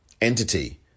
entity